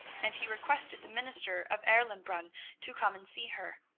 and he requested the minister of erlenbrunn to come and see her.